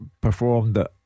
performed